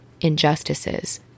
injustices